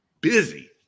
busy